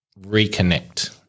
reconnect